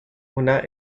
una